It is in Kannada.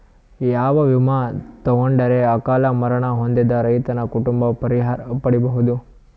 ಯಾವ ವಿಮಾ ತೊಗೊಂಡರ ಅಕಾಲ ಮರಣ ಹೊಂದಿದ ರೈತನ ಕುಟುಂಬ ಪರಿಹಾರ ಪಡಿಬಹುದು?